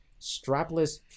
strapless